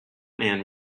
man